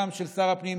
גם של שר הפנים,